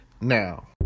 now